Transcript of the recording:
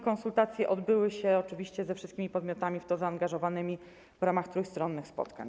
Konsultacje odbyły się oczywiście ze wszystkimi podmiotami w to zaangażowanymi w ramach trójstronnych spotkań.